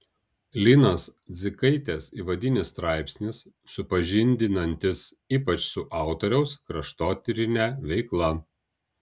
linos dzigaitės įvadinis straipsnis supažindinantis ypač su autoriaus kraštotyrine veikla